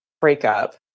breakup